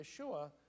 Yeshua